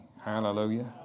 Hallelujah